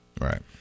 right